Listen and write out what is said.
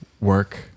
work